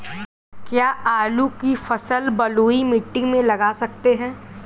क्या आलू की फसल बलुई मिट्टी में लगा सकते हैं?